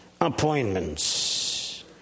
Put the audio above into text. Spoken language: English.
appointments